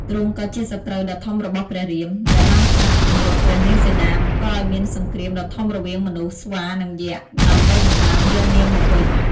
ទ្រង់ក៏ជាសត្រូវដ៏ធំរបស់ព្រះរាម ដែលបានចាប់ពង្រត់ព្រះនាងសីតា បង្កឱ្យមានសង្គ្រាមដ៏ធំរវាងមនុស្ស ស្វា និងយក្ស ដើម្បីដណ្ដើមយកនាងមកវិញ ។